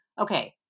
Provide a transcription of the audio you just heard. okay